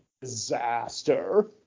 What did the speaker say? disaster